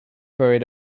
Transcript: buried